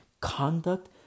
conduct